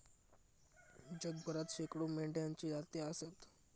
जगभरात शेकडो मेंढ्यांच्ये जाती आसत